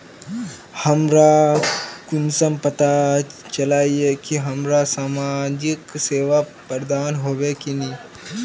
हमरा कुंसम पता चला इ की हमरा समाजिक सेवा प्रदान होबे की नहीं?